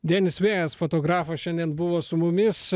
denis vėjas fotografas šiandien buvo su mumis